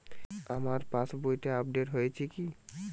আমার পাশবইটা আপডেট হয়েছে কি?